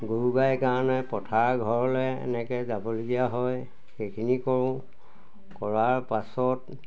গৰু গাইৰ কাৰণে পথাৰ ঘৰলে এনেকৈ যাবলগীয়া হয় সেইখিনি কৰোঁ কৰাৰ পাছত